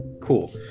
Cool